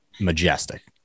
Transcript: majestic